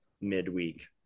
midweek